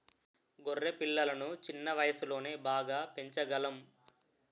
గొర్రె పిల్లలను చిన్న వయసులోనే బాగా పెంచగలం